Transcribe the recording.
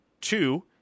Two